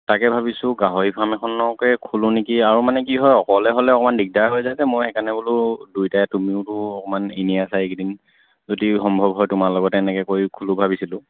তাকে ভাবিছোঁ গাহৰি ফাৰ্ম এখনকে খোলোঁ নেকি আৰু মানে কি হয় অকলে হ'লে অকণমান দিগদাৰ হৈ যায় যে মই সেইকাৰণে বোলো দুইটাই তুমিওতো অকণমান এনেই আছা এইকেইদিন যদি সম্ভৱ হয় তোমাৰ লগত এনেকৈ কৰি খোলোঁ ভাবিছিলোঁ